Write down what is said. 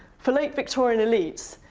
for late victorian elites,